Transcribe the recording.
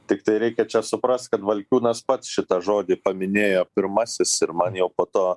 tiktai reikia čia suprast kad valkiūnas pats šitą žodį paminėjo pirmasis ir man jau po to